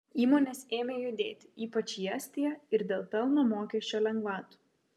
įmonės ėmė judėti ypač į estiją ir dėl pelno mokesčio lengvatų